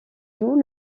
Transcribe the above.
joue